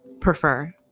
prefer